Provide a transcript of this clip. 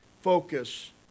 focus